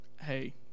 Hey